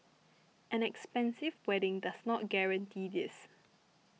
an expensive wedding does not guarantee this